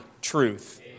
truth